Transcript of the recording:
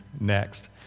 next